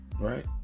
right